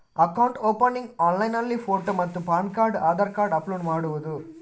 Account opening ಆನ್ಲೈನ್ನಲ್ಲಿ photo ಮತ್ತು PAN card Aadhaar card upload ಮಾಡುವುದು?